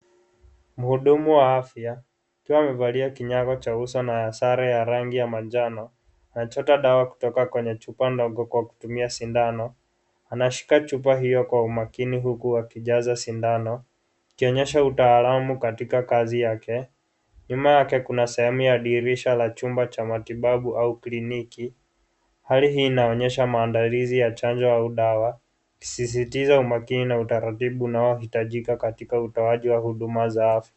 Mhudumu wa afya akiwa amevalia kinyago cha uso na sare ya rangi ya manjano anachota dawa kutoka kwene chupa ndogo kwa kutumia sindano. Anashika chupa hiyo kwa umakini huku akijaza sindano akionyesha utaalamu katika kazi yake. Nyuma yake kuna sehemu ya dirisha la chumba cha matibabu au kliniki. Hali hii inaonyesha maandalizi ya chanjo au dawa kusisitiza umakini na utaratibu unaohitajika katika utoaji wa huduma za afya.